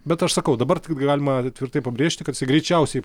bet aš sakau dabar tiktai galima tvirtai pabrėžti kad greičiausiai